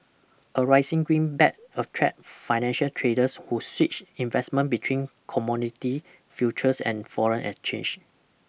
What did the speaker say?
a rising greenback attracts financial traders who switch investment between commodity futures and foreign exchange